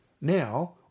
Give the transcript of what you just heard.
Now